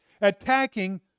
attacking